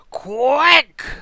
Quick